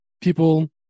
people